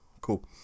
cool